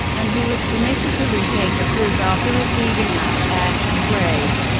and he was permitted to retake the course after receiving an f grade,